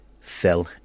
fell